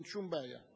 אין שום בעיה.